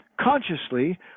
consciously